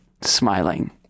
smiling